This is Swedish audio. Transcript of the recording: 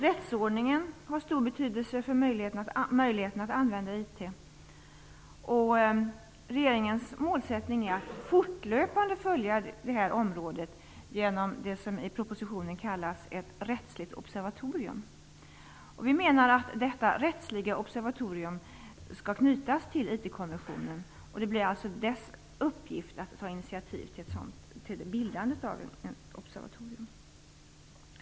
Rättsordningen har stor betydelse för möjligheterna att använda IT. Regeringens målsättning är att fortlöpande följa utvecklingen på det här området genom det som i propositionen kallas ett rättsligt observatorium. Vi menar att detta rättsliga observatorium skall knytas till IT-kommissionen. Det blir alltså dess uppgift att ta initiativ till bildandet av ett sådant observatorium.